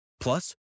Plus